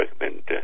recommend